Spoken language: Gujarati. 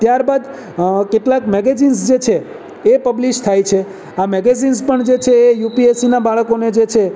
ત્યારબાદ કેટલાક મેગેઝિન્સ જે છે એ પબ્લિસ થાય છે આ મેગેઝિન્સ પણ જે છે એ યુપીએસસીના બાળકોના જે છે